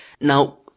Now